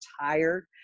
tired